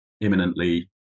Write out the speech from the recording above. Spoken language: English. imminently